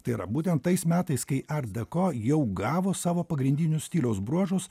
tai yra būtent tais metais kai art dako jau gavo savo pagrindinius stiliaus bruožus